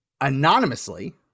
anonymously